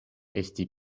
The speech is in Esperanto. esti